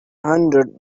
hundred